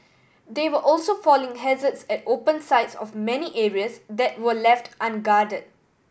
there were also falling hazards at open sides of many areas that were left unguarded